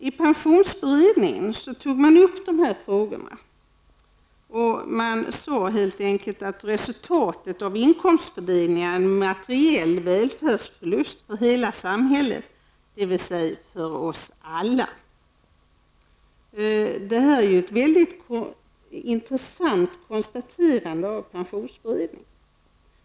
I pensionsberedningen tog man upp de här frågorna, och man sade att resultatet av inkomstfördelningarna var en materiell välfärdsförlust för hela samhället, dvs. för oss alla. Det är en intressant kommentar av pensionsberedningen.